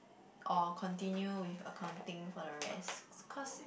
or continue with accounting for the rest cause